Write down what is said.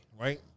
Right